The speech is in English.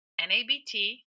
NABT